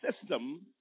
system